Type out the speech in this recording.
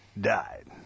died